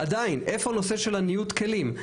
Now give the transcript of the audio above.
עדיין, איפה הנושא של הניוד של הכלים?